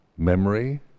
Memory